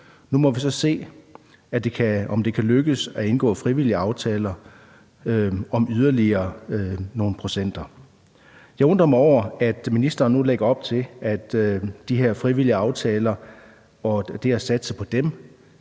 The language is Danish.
Nu må vi så se, om det kan lykkes at indgå frivillige aftaler om yderligere nogle procenter. Jeg undrer mig over, at ministeren nu lægger op til de her frivillige aftaler, og at det ligesom er det,